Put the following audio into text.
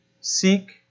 seek